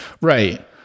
right